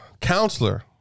Counselor